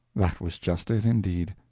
that was just it, indeed.